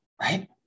right